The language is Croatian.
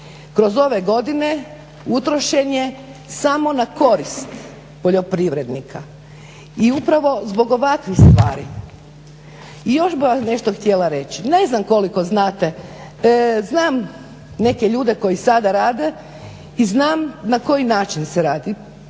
kroz ove godine utrošen je samo na korist poljoprivrednika, i upravo zbog ovakvih stvari. I još bih vam nešto hitjela reć, ne znam koliko znate, znam neke ljude koji sada rade i znam na koji se način radi.